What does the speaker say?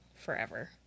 forever